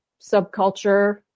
subculture